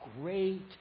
great